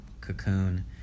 cocoon